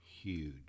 huge